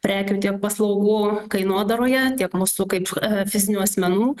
prekių tiek paslaugų kainodaroje tiek mūsų kaip fizinių asmenų